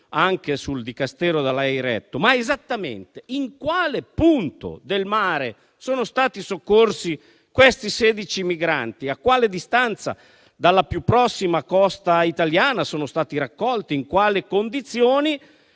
sul Dicastero da lei retto, esattamente in quale punto del mare siano stati soccorsi quei 16 migranti, a quale distanza dalla più prossima costa italiana siano stati raccolti e in quali condizioni.